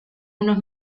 unos